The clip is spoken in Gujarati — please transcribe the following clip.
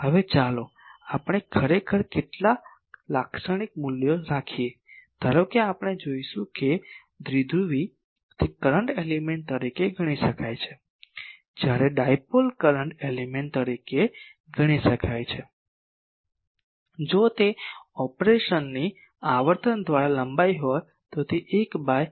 હવે ચાલો આપણે ખરેખર કેટલાક લાક્ષણિક મૂલ્યો રાખીએ ધારો કે આપણે પછી જોશું કે દ્વિધ્રુવી તે કરંટ એલિમેન્ટ તરીકે ગણી શકાય જ્યારે ડિપોલ કરંટ એલિમેન્ટ તરીકે ગણી શકાય જો તે ઓપરેશનની આવર્તન દ્વારા લંબાઈ હોય તો તે 1 બાય 50 ઓછી હોય છે